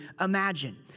imagine